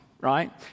right